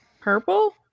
purple